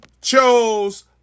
chose